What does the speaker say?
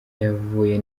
yavuye